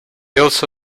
also